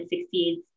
succeeds